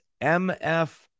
MF